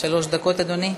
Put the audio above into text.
שלוש דקות, אדוני.